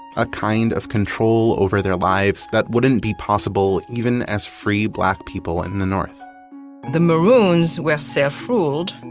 a kind of control over their lives that wouldn't be possible even as free black people and in the north the maroons were self-ruled,